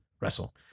wrestle